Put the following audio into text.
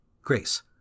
grace